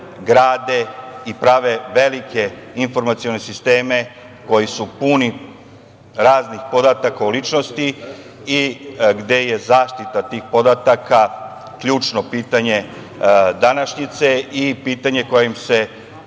i prave velike informacione sisteme koji su puni raznih podataka o ličnosti i gde je zaštita tih podataka ključno pitanje današnjice i pitanje kojim se,